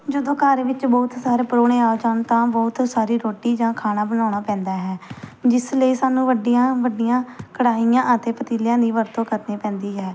ਜਦੋਂ ਘਰ ਵਿੱਚ ਬਹੁਤ ਸਾਰੇ ਪਰਾਹੁਣੇ ਆ ਜਾਣ ਤਾਂ ਬਹੁਤ ਸਾਰੀ ਰੋਟੀ ਜਾਂ ਖਾਣਾ ਬਣਾਉਣਾ ਪੈਂਦਾ ਹੈ ਜਿਸ ਲਈ ਸਾਨੂੰ ਵੱਡੀਆਂ ਵੱਡੀਆਂ ਕੜਾਹੀਆਂ ਅਤੇ ਪਤੀਲਿਆਂ ਦੀ ਵਰਤੋਂ ਕਰਨੀ ਪੈਂਦੀ ਹੈ